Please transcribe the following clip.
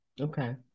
Okay